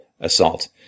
assault